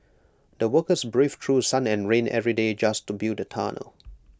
the workers braved through sun and rain every day just to build the tunnel